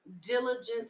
diligence